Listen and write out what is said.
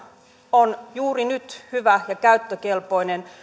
on juuri nyt hyvä ja käyttökelpoinen